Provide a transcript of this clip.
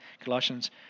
Colossians